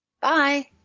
Bye